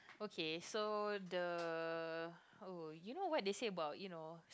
okay so the oh you know what they say about you know